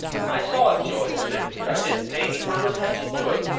i saw it, joe admitted, but i didn't pay any further attention to it.